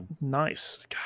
Nice